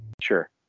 Sure